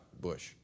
Bush